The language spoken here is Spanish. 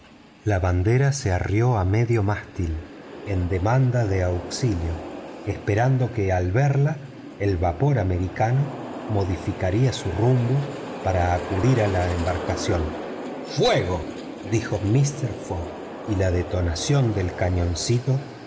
la bandera se arrió a medio mástil en demanda de auxilio esperando que al verla el vapor americano modificaría su rumbo para acudir a la embarcación fuego dijo mister fogg y la detonación